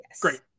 great